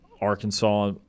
Arkansas